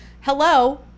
hello